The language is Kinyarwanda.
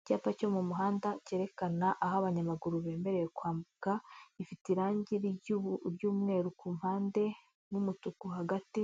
Icyapa cyo mu muhanda, cyerekana aho abanyamaguru bemerewe kwambuka, gifite irangi ry'umweru kumpande, n'umutuku hagati,